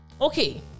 Okay